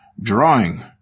drawing